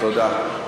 תודה.